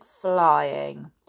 flying